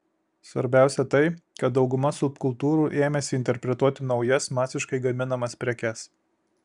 svarbiausia tai kad dauguma subkultūrų ėmėsi interpretuoti naujas masiškai gaminamas prekes